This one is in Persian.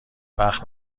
وقت